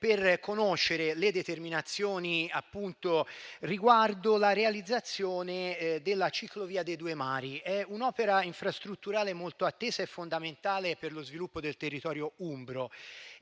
per conoscere le determinazioni riguardo la realizzazione della ciclovia dei due mari, che è un'opera infrastrutturale molto attesa e fondamentale per lo sviluppo del territorio umbro